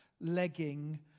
legging